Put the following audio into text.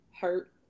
hurt